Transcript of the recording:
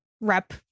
rep